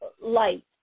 light